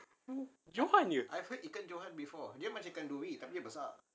johan ke